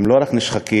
לא רק נשחקים,